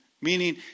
meaning